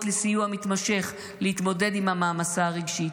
לסיוע מתמשך להתמודד עם המעמסה הרגשית.